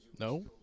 No